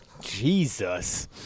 Jesus